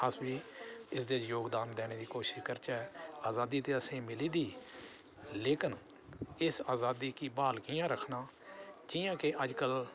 अस बी इसदे जोगदान देने दी कोशश करचै अज़ादी ते असेंगी मिली दी लेकिन इस अज़ादी गी ब्हाल कियां रक्खना जियां के अज्जकल